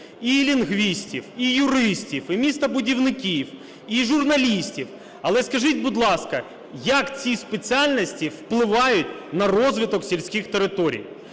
і лінгвістів, і юристів, і містобудівників, і журналістів. Але скажіть, будь ласка, як ці спеціальності впливають на розвиток сільських територій?